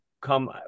come